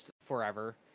forever